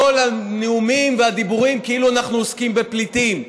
כל הנאומים והדיבורים כאילו אנחנו עוסקים בפליטים,